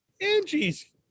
Angie's